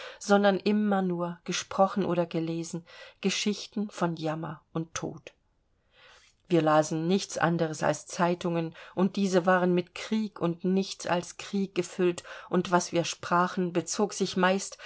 sondern immer nur gesprochen oder gelesen geschichten von jammer und tod wir lasen nichts anderes als zeitungen und diese waren mit krieg und nichts als krieg gefüllt und was wir sprachen bezog sich meist